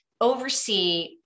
oversee